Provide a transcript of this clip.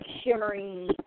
shimmery